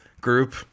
Group